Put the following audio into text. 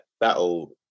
that'll